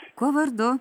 kuo vardu